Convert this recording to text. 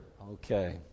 Okay